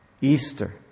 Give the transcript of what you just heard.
Easter